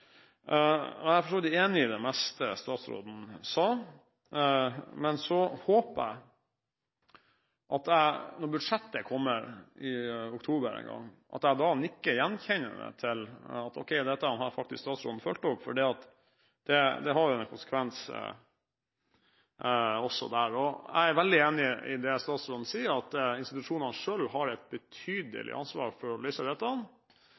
det. Jeg er for så vidt enig i det meste som statsråden sa. Men så håper jeg at jeg når budsjettet kommer i oktober en gang, nikker gjenkjennende til det – at ok, dette har statsråden faktisk fulgt opp – for det har jo en konsekvens også der. Jeg er veldig enig i det statsråden sier, at institusjonene selv har et betydelig ansvar for å løse dette,